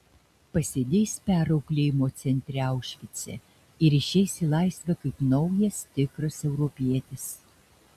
pasėdės perauklėjimo centre aušvice ir išeis į laisvę kaip naujas tikras europietis